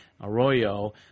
Arroyo